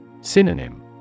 Synonym